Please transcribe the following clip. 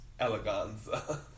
Eleganza